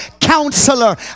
Counselor